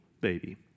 baby